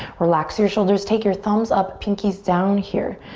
relax your shoulders, take your thumbs up, pinkies down here.